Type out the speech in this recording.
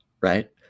right